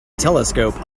telescope